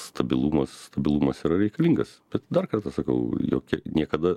stabilumas stabilumas yra reikalingas bet dar kartą sakau jokie niekada